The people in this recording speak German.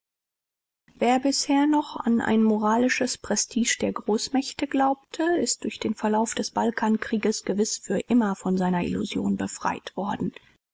wer bisher noch an ein moralisches prestige der großmächte glaubte ist durch den verlauf des balkankrieges gewiß für immer von seiner illusion befreit worden